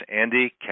Andy